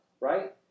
Right